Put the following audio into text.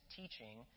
teaching